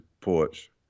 porch